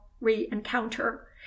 re-encounter